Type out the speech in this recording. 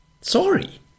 Sorry